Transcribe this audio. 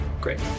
Great